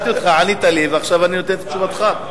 ועכשיו אני נותן את תשובתך.